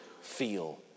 feel